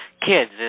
kids